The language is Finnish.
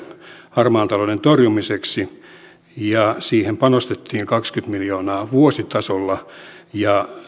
harmaan talouden torjumiseksi siihen panostettiin kaksikymmentä miljoonaa vuositasolla ja